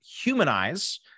humanize